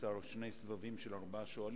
שני סבבים של ארבעה שואלים,